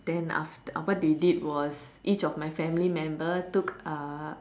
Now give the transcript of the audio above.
then after what they did was each of my family member took uh